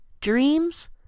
dreams